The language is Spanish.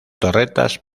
torretas